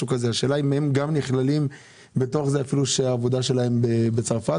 השאלה היא אם גם הם נכללים בתוך זה אפילו שהעבודה שלהם היא בצרפת.